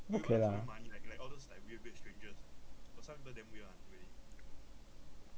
okay lah